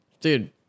dude